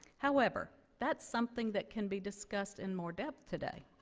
however, that's something that can be discussed in more depth today.